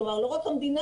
כלומר לא רק המדינה,